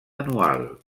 anual